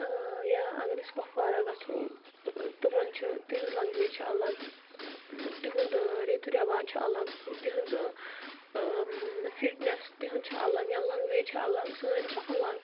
یا اگر أسۍ کۄپوارا گژھو تِمن چھِ تِہنٛز لنٛگویج چھِ الگ تِہُنٛد ریتی رٮ۪واج چھُ الگ تِہنٛز فٹنٮ۪س تِہنٛز چھِ الگ یا لنٛگویج چھِ الگ سٲنۍ چھِ الگ